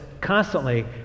constantly